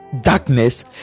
darkness